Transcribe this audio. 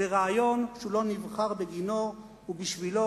לרעיון שהוא לא נבחר בגינו ובשבילו.